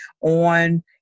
on